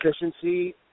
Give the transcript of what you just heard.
efficiency